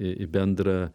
į bendrą